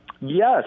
Yes